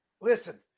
Listen